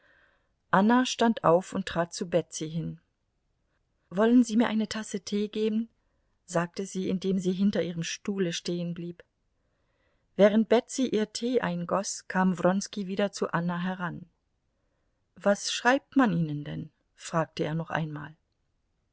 anna stand auf und trat zu betsy hin wollen sie mir eine tasse tee geben sagte sie indem sie hinter ihrem stuhle stehen blieb während betsy ihr tee eingoß kam wronski wieder zu anna heran was schreibt man ihnen denn fragte er noch einmal